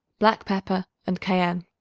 black pepper and cayenne.